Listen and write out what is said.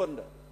בגונדר.